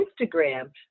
Instagram